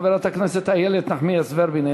חברת הכנסת איילת נחמיאס ורבין,